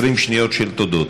20 שניות של תודות.